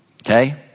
Okay